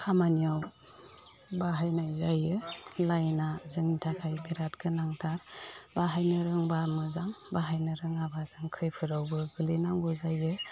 खामानियाव बाहायनाय जायो लाइना जोंनि थाखाय बेराद गोनांथार बाहायनो रोंब्ला मोजां बाहायनो रोङाब्ला जों खैफोदाव गोग्लैनांगौ जायो